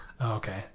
okay